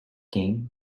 game